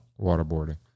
Waterboarding